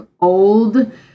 old